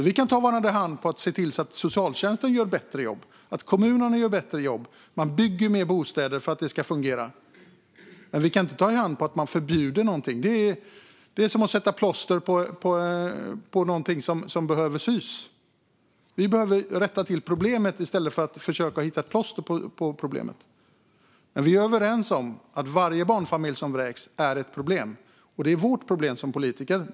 Vi kan ta varandra i hand på att se till att socialtjänsten gör ett bättre jobb och att kommunerna gör ett bättre jobb och att man bygger mer bostäder för att detta ska fungera. Men vi kan inte ta i hand på att förbjuda något. Det är som att sätta plåster på något som behöver sys. Vi behöver rätta till problemet i stället för att sätta ett plåster på det. Men vi är överens om att varje barnfamilj som vräks är ett problem. Det är vårt problem som politiker.